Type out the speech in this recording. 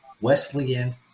wesleyan